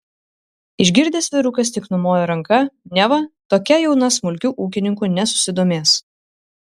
išgirdęs vyrukas tik numojo ranka neva tokia jauna smulkiu ūkininku nesusidomės